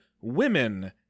women